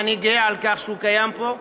ואני גאה על כך שהוא קיים פה.